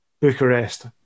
Bucharest